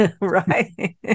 right